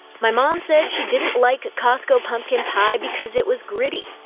my mom said she didn't like costco pumpkin pie because it was gritty.